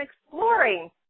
exploring